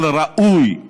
אבל ראוי,